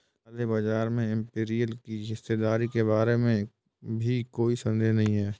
काले बाजार में इंपीरियल की हिस्सेदारी के बारे में भी कोई संदेह नहीं है